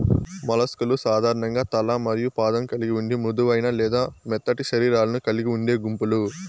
mollusc లు సాధారణంగా తల మరియు పాదం కలిగి ఉండి మృదువైన లేదా మెత్తటి శరీరాలను కలిగి ఉండే గుంపులు